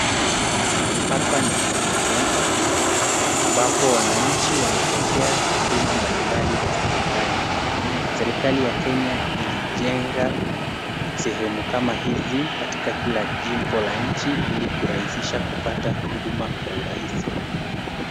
Hapa ni huduma [centre], ambapo wananchi wanapokea huduma mbali mbali za serikali. Serikali ya Kenya ilijenga sehemu kama hizi katika kila jimbo la nchi, ili kurahisisha kupata huduma kwa urahisi.